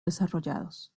desarrollados